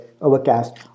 Overcast